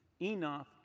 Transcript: Enoch